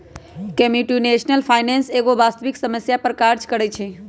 computational finance एगो वास्तविक समस्या पर काज करइ छै